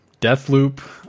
Deathloop